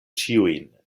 ĉiujn